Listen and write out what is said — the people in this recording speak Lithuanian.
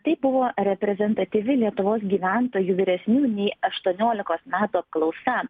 tai buvo reprezentatyvi lietuvos gyventojų vyresnių nei aštuoniolikos metų apklausa